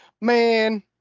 Man